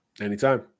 Anytime